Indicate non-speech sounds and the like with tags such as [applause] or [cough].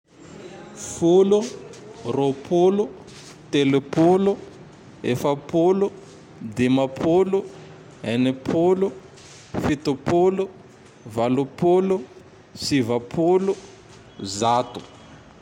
[noise] Folo, [noise] ropolo, [noise] telopolo, [noise] efapolo, [noise] dimapolo, [noise] enipolo, [noise] fitopolo, [noise] valopolo, [noise] sivapolo, [noise] Zato.